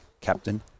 captain